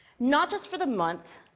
not just for the month,